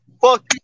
Fuck